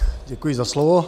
Děkuji za slovo.